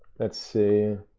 let's see,